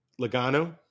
Logano